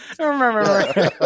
remember